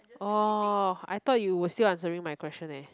orh I thought you were still answering my question eh